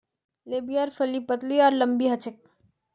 लोबियार फली पतली आर लम्बी ह छेक